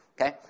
okay